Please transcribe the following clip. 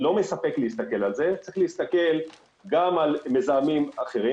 לא מספיק להסתכל על זה אלא צריך להסתכל גם על מזהמים אחרים